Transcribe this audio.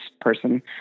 person